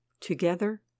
Together